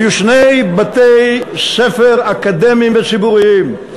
היו שני בתי-ספר אקדמיים וציבוריים: